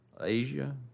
Asia